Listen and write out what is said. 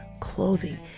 clothing